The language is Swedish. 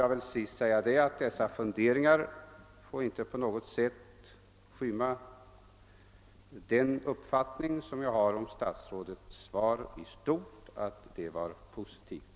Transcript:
Jag vill till sist, herr talman, säga att dessa funderingar inte på något sätt får skymma den uppfattning jag har, nämligen att statsrådets svar i stort sett var positivt.